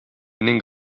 ning